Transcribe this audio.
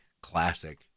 classic